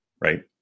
right